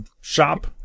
shop